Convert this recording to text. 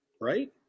right